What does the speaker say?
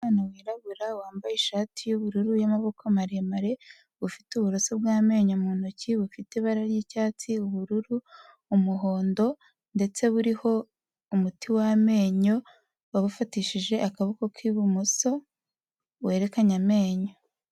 Umwana wirabura wambaye ishati y'ubururu y'amaboko maremare, ufite uburoso bwamenyo mu ntoki, bufite ibara ry'icyatsi, ubururu, umuhondo ndetse buriho umuti wamenyo, abufatishije akaboko k'ibumoso werekanye amenyo.